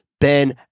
Ben